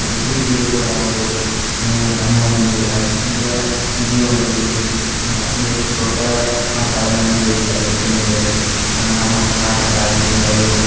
H D Deve Gowda ಅವರು ತಮ್ಮ ಒಂದು ರಾಜಕೀಯ ಜೀವನದಲ್ಲಿ ಅತಿ ಹೆಚ್ಚು ದೊಡ್ಡ ಮಹಾನ್ ಸಾಧನೆಯನ್ನ ಗೈದಿದ್ದಾರೆ ಏನೆಂದರೆ ನಮ್ಮ ಕರ್ನಾಟಕ ರಾಜ್ಯದಿಂದ ಅವರು